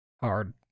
hard